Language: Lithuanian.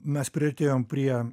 mes priartėjom prie